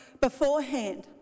beforehand